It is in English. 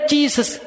Jesus